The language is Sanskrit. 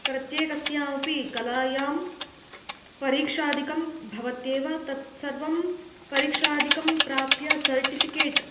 प्रत्येकस्यामपि कलायां परीक्षादिकं भवत्येव तत्सर्वं परीक्षादिकं प्राप्य सर्टिफ़िकेट्